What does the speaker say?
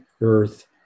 earth